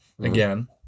again